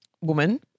woman